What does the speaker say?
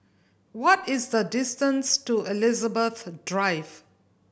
what is the distance to Elizabeth Drive